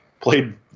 Played